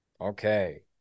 okay